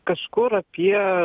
kažkur apie